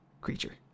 creature